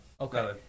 Okay